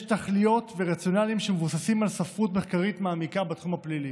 יש תכליות ורציונלים שמבוססים על ספרות מחקרית מעמיקה בתחום הפלילי.